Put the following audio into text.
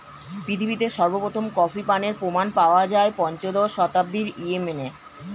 পৃথিবীতে সর্বপ্রথম কফি পানের প্রমাণ পাওয়া যায় পঞ্চদশ শতাব্দীর ইয়েমেনে